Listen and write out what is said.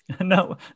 No